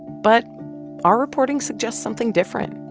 but our reporting suggests something different.